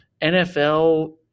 NFL